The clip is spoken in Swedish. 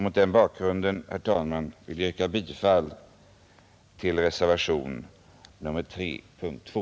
Mot den bakgrunden, herr talman, ber jag att få yrka bifall till reservationen 3 vid punkten 2.